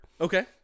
okay